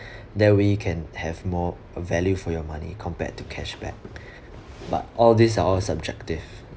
that we can have more value for your money compared to cashback but all these are all subjective